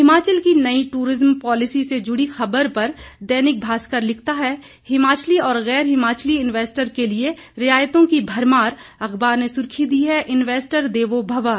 हिमाचल की नई tourism policy से जुड़ी ख़बर पर दैनिक भास्कर लिखता है हिमाचली और गैर हिमाचली इन्वेस्टर के लिए रियायतों की भरमार अख़बार ने सुर्खी दी है इन्वेस्टर देवो भवः